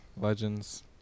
Legends